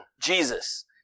Jesus